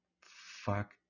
Fuck